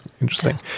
Interesting